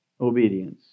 obedience